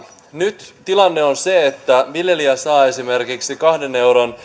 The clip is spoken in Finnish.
nyt tilanne on se että viljelijä saa esimerkiksi kahden euron